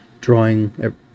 drawing